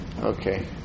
Okay